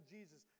Jesus